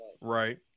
Right